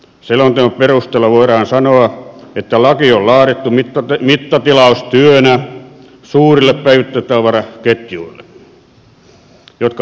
selonteon perusteella voidaan sanoa että laki on laadittu mittatilaustyönä suurille päivittäistavaraketjuille jotka hallitsevat markkinoita